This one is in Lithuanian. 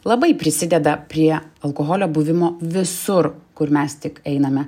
labai prisideda prie alkoholio buvimo visur kur mes tik einame